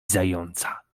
zająca